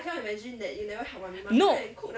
no